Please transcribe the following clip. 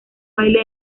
baile